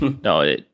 No